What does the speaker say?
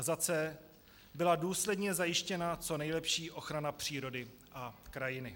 c) byla důsledně zajištěna co nejlepší ochrana přírody a krajiny.